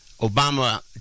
Obama